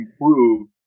improve